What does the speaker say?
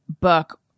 book